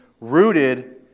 rooted